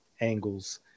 angles